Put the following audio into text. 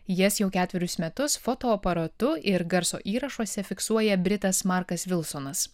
jas jau ketverius metus fotoaparatu ir garso įrašuose fiksuoja britas markas vilsonas